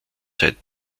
seit